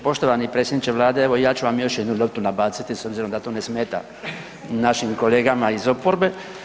Poštovani predsjedniče vlade, evo i ja ću vam još jednu loptu nabaciti s obzirom da to ne smeta našim kolegama iz oporbe.